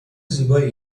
زیبایی